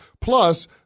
Plus